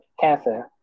cancer